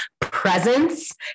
presence